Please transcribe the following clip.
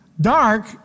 dark